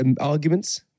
arguments